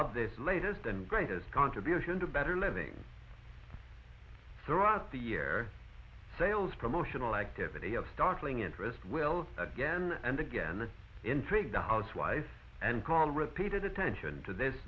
of this latest and greatest contribution to better living through out the year sales promotional activity of startling interest will again and again the intrigue the housewife and call repeated attention to this